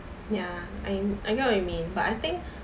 ya I I know what you mean but I think